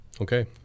Okay